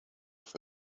for